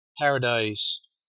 paradise